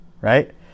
Right